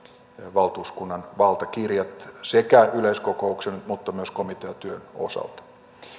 valtuuskunnan valtakirjat sekä yleiskokouksen että komiteatyön osalta